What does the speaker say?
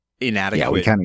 inadequate